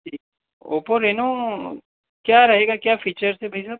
जी Oppo Reno क्या रहेगा क्या फीचर्स है भैया